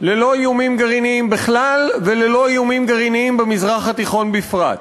ללא איומים גרעיניים בכלל וללא איומים גרעיניים במזרח התיכון בפרט.